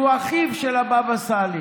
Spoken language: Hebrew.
שהוא אחיו של הבבא סאלי.